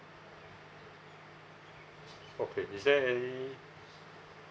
okay is there any